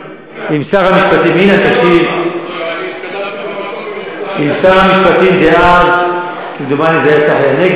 עם שר המשפטים, עם שר המשפטים, אילן, תקשיב.